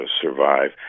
survive